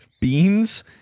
Beans